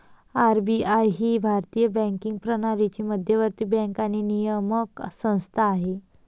RBI ही भारतीय banking प्रणालीची मध्यवर्ती बँक आणि नियामक संस्था आहे